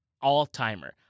all-timer